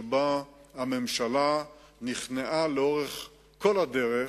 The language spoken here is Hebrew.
שבה הממשלה נכנעה לאורך כל הדרך